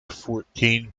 fourteen